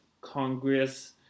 Congress